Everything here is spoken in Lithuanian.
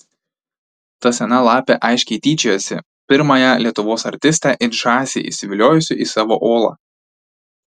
ta sena lapė aiškiai tyčiojosi pirmąją lietuvos artistę it žąsį įsiviliojusi į savo olą